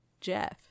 Jeff